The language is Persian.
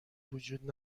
وجود